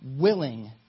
willing